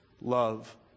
love